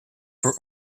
for